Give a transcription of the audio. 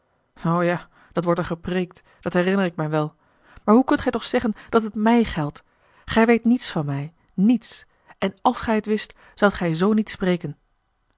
ja dat wordt er gepreêkt dat herinner ik mij wel maar hoe kunt gij toch zeggen dat het mij geldt gij weet niets van mij niets en als gij het wist zoudt gij z niet spreken